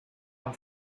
amb